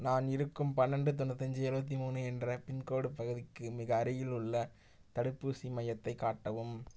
நான் இருக்கும் பன்னெண்டு தொண்ணூத்தஞ்சு எழுவத்தி மூணு என்ற பின்கோடு பகுதிக்கு மிக அருகில் உள்ள தடுப்பூசி மையத்தை காட்டவும்